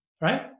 Right